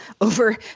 over